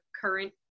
current